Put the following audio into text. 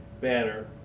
Banner